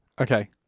Okay